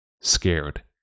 scared